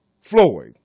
Floyd